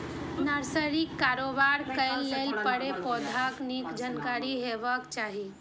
नर्सरीक कारोबार करै लेल पेड़, पौधाक नीक जानकारी हेबाक चाही